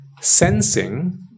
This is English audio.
sensing